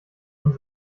und